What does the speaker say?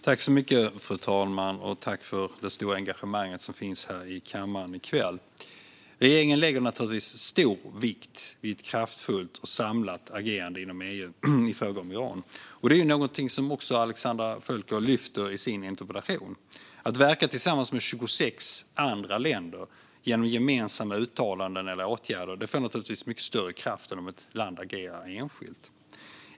Fru talman! Tack för det stora engagemang som finns här i kammaren i kväll! Regeringen lägger naturligtvis stor vikt vid ett kraftfullt och samlat agerande inom EU i fråga om Iran. Detta är något som också Alexandra Völker lyfter upp i sin interpellation. Att verka tillsammans med 26 andra länder genom gemensamma uttalanden eller åtgärder får mycket större kraft än om ett land agerar enskilt.